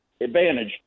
advantage